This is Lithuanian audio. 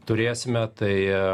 turėsime tai